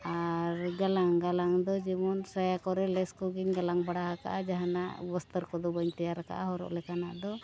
ᱟᱨ ᱜᱟᱞᱟᱝ ᱜᱟᱞᱟᱝ ᱫᱚ ᱡᱮᱢᱚᱱ ᱥᱟᱭᱟ ᱠᱚᱨᱮᱫ ᱞᱮᱥ ᱠᱚᱜᱤᱧ ᱜᱟᱞᱟᱝ ᱵᱟᱲᱟ ᱟᱠᱟᱫᱼᱟ ᱡᱟᱦᱟᱱᱟᱜ ᱵᱚᱥᱛᱨᱚ ᱠᱚᱫᱚ ᱵᱟᱹᱧ ᱛᱮᱭᱟᱨ ᱟᱠᱟᱫᱼᱟ ᱦᱚᱨᱚᱜ ᱞᱮᱠᱟᱱᱟᱜ ᱫᱚ